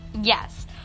yes